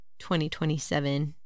2027